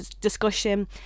discussion